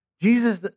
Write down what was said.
Jesus